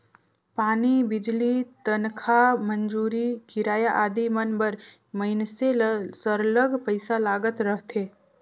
पानी, बिजली, तनखा, मंजूरी, किराया आदि मन बर मइनसे ल सरलग पइसा लागत रहथे